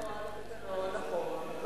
נכון,